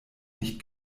nicht